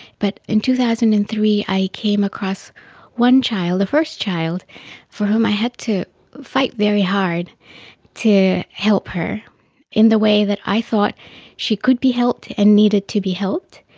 but in two thousand and three i came across one child, the first child for whom i had to fight very hard to help her in the way that i thought she could be helped and needed to be helped,